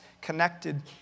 connected